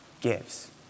gives